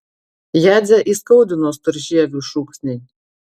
jadzę įskaudino storžievių šūksniai